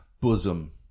bosom